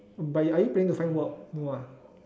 but you are you planning to find work no ah